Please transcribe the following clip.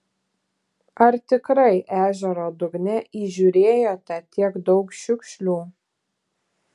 ar tikrai ežero dugne įžiūrėjote tiek daug šiukšlių